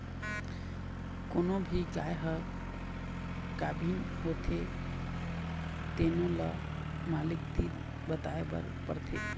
कोनो भी गाय ह गाभिन होथे तेनो ल मालिक तीर बताए बर परथे